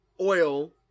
oil